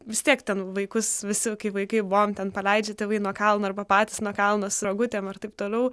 vis tiek ten vaikus visi vaikai buvom ten paleidžia tėvai nuo kalno arba patys nuo kalno su rogutėm ir taip toliau